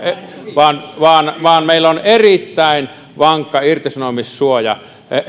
vaan vaan meillä on erittäin vankka irtisanomissuoja